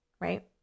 right